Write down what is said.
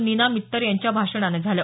निना मित्तर यांच्या भाषणाने झालं